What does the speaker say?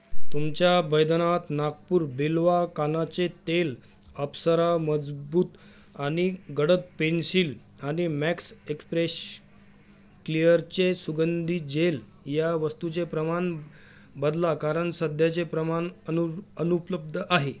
तुमच्या बैद्यनाथ नागपूर बिल्वा कानाचे तेल अप्सरा मजबूत आणि गडद पेन्सिल आणि मॅक्स एक्स फ्रेश क्लिअरचे सुगंधी जेल या वस्तूचे प्रमाण बदला कारण सध्याचे प्रमाण अनु अनुपलब्ध आहे